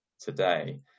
today